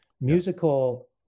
musical